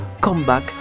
Comeback